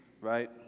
right